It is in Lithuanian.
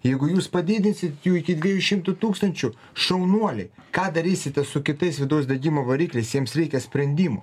jeigu jūs padidinsit jų iki dviejų šimtų tūkstančių šaunuoliai ką darysite su kitais vidaus degimo varikliais jiems reikia sprendimų